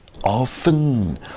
Often